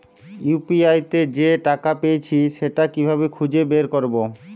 UPI তে যে টাকা পেয়েছি সেটা কিভাবে খুঁজে বের করবো?